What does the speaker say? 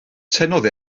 tynnodd